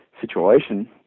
situation